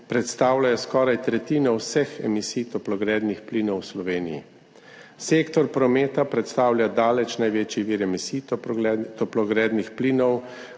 predstavljajo skoraj tretjino vseh emisij toplogrednih plinov v Sloveniji. Sektor prometa predstavlja daleč največji vir emisij toplogrednih plinov.